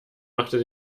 machte